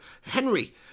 Henry